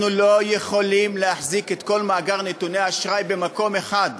אנחנו לא יכולים להחזיק את כל מאגר נתוני האשראי במקום אחד.